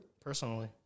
Personally